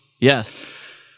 yes